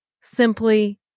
simply